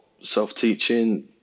self-teaching